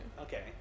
okay